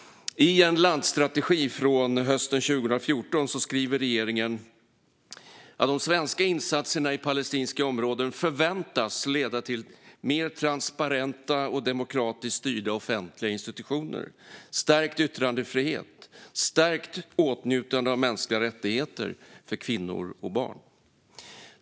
I en landsstrategi från hösten 2014 skriver regeringen att de svenska insatserna i palestinska områden förväntas leda till mer transparenta och demokratiskt styrda offentliga institutioner, stärkt yttrandefrihet och stärkt åtnjutande av mänskliga rättigheter för kvinnor och barn.